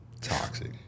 Toxic